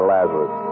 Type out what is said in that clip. Lazarus